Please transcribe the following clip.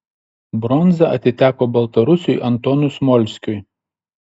bronza atiteko baltarusiui antonui smolskiui